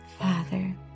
Father